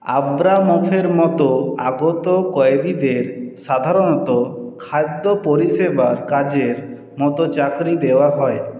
আব্রামফের মতো আগত কয়েদিদের সাধারণত খাদ্য পরিষেবার কাজের মতো চাকরি দেওয়া হয়